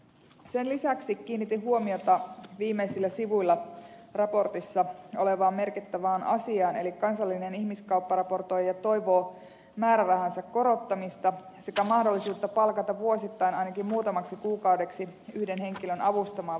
sen lisäksi kiinnitin huomiota viimeisillä sivuilla raportissa olevaan merkittävään asiaan eli kansallinen ihmiskaupparaportoija toivoo määrärahansa korottamista sekä mahdollisuutta palkata vuosittain ainakin muutamaksi kuukaudeksi yhden henkilön avustamaan vuosiraportin laatimisessa